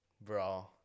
bro